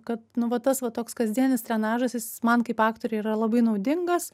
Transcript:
kad nu va tas va toks kasdienis trenažas jis man kaip aktorei yra labai naudingas